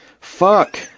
Fuck